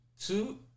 Two